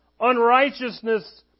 Unrighteousness